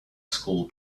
school